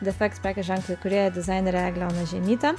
defekt prekės ženklo įkūrėja dizainerė eglė ona žiemytė